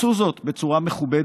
עשו זאת בצורה מכובדת,